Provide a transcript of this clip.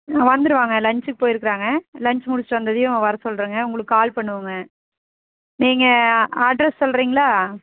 வந்துடுவாங்க லன்ஞ்சுக்கு போயிருக்கிறாங்க லன்ஞ்ச் முடிச்சுட்டு வந்ததையும் வரச் சொல்கிறேங்க உங்களுக்கு கால் பண்ணுவோங்க நீங்கள் அட்ரெஸ் சொல்கிறீங்களா